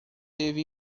teve